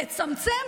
לצמצם,